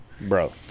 Bro